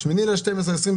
ב-8 בדצמבר 2020,